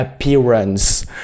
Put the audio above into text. appearance